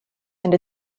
and